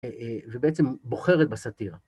ובעצם בוחרת בסתיר.